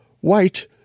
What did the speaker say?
White